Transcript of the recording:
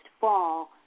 fall